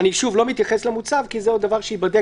אני שוב לא מתייחס למוצהב כי זה עוד דבר שייבדק.